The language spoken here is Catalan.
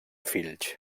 fills